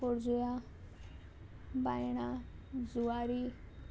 खोर्जुया बायणा जुवारी